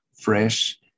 fresh